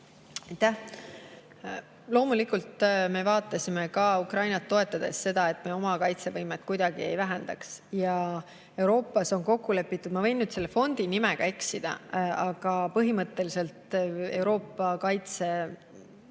Aitäh! Loomulikult me vaatasime Ukrainat toetades ka seda, et me oma kaitsevõimet kuidagi ei vähendaks. Euroopas on kokku lepitud – ma võin selle fondi nimega eksida – põhimõtteliselt Euroopa kaitsefond